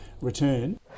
return